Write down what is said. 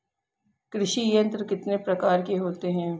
कृषि यंत्र कितने प्रकार के होते हैं?